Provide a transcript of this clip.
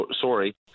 sorry